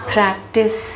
practice